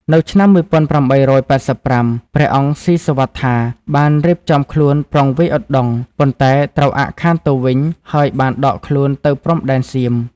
នៅឆ្នាំ ១៨៨៥ ព្រះអង្គស៊ីសុវត្ថាបានរៀបចំខ្លួនប្រុងវាយឧដុង្គ ប៉ុន្តែត្រូវអាក់ខានទៅវិញ ហើយបានដកខ្លួនទៅព្រំដែនសៀម។